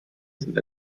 sind